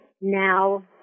now